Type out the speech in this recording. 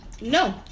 no